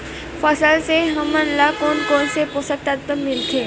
फसल से हमन ला कोन कोन से पोषक तत्व मिलथे?